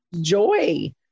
joy